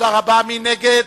מי נגד?